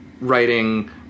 writing